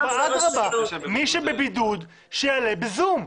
אדרבה, מי שבבידוד, שיעלה ב-זום.